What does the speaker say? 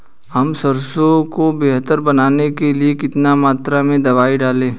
हम सरसों को बेहतर बनाने के लिए कितनी मात्रा में दवाई डालें?